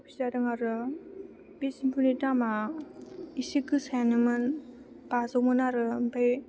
खफि जादों आरो बे सेम्फुनि दामा इसे गोसायानोमोन बाजौमोन आरो ओमफाय